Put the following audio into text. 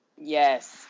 Yes